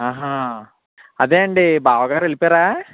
అదే అండి బావగారు వెళ్ళిపోయారా